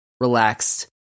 relaxed